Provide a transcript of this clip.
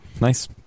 Nice